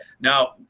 Now